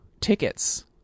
tickets